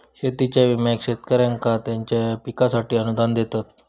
शेतीच्या विम्याक शेतकऱ्यांका त्यांच्या पिकांसाठी अनुदान देतत